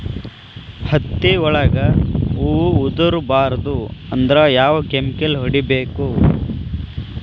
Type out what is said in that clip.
ಹತ್ತಿ ಒಳಗ ಹೂವು ಉದುರ್ ಬಾರದು ಅಂದ್ರ ಯಾವ ಕೆಮಿಕಲ್ ಹೊಡಿಬೇಕು?